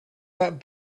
that